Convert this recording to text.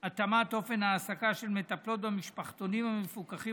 התאמת אופן ההעסקה של מטפלות במשפחתונים המפוקחים